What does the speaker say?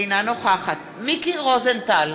אינה נוכחת מיקי רוזנטל,